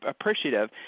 appreciative